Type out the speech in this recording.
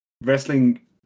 Wrestling